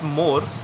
more